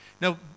Now